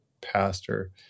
pastor